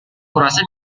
kurasa